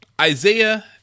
Isaiah